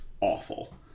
awful